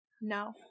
No